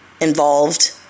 involved